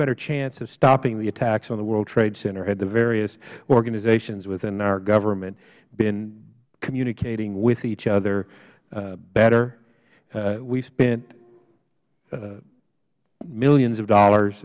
better chance of stopping the attacks on the world trade center had the various organizations within our government been communicating with each other better we've spent millions of dollars